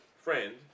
Friend